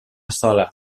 sola